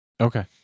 Okay